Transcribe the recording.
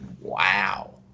wow